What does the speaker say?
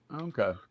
Okay